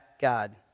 God